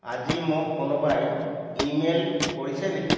আজি মোক কোনোবাই ই মেইল কৰিছে নেকি